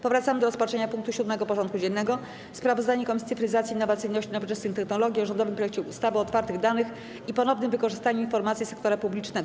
Powracamy do rozpatrzenia punktu 7. porządku dziennego: Sprawozdanie Komisji Cyfryzacji, Innowacyjności i Nowoczesnych Technologii o rządowym projekcie ustawy o otwartych danych i ponownym wykorzystywaniu informacji sektora publicznego.